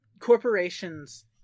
corporations